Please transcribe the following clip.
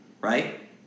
right